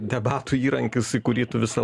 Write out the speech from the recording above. debatų įrankis į kurį tu visą